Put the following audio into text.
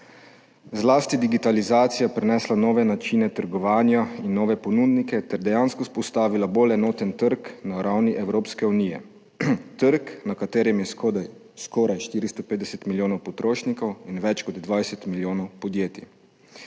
Zlasti digitalizacija je prinesla nove načine trgovanja in nove ponudnike ter dejansko vzpostavila bolj enoten trg na ravni Evropske unije, trg, na katerem je skoraj 450 milijonov potrošnikov in več kot 20 milijonov podjetij.